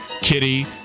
Kitty